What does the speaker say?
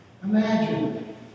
Imagine